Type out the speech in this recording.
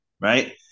right